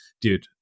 dude